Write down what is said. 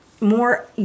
more